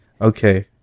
Okay